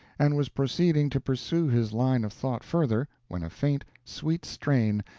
and was proceeding to pursue his line of thought further, when a faint, sweet strain,